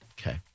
Okay